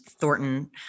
Thornton